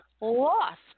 lost